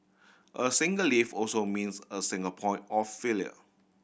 a single lift also means a single point of failure